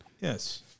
Yes